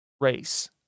race